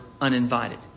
uninvited